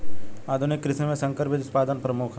आधुनिक कृषि में संकर बीज उत्पादन प्रमुख ह